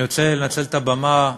אני רוצה לנצל את הבמה,